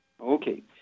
Okay